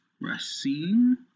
Racine